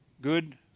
good